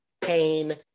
pain